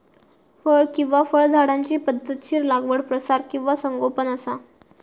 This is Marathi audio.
फळ किंवा फळझाडांची पध्दतशीर लागवड प्रसार किंवा संगोपन असा